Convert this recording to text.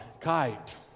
Kite